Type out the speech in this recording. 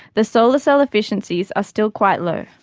the solar cell efficiencies are still quite low.